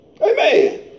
Amen